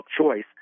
choice